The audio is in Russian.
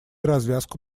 развязку